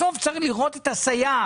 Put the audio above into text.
בסוף צריך לראות את הסייעת,